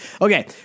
Okay